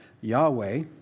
Yahweh